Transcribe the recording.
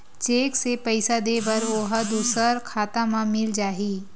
Cheque से पईसा दे बर ओहा दुसर खाता म मिल जाही?